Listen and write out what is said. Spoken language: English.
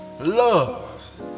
love